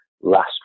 last